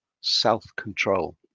self-control